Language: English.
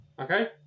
Okay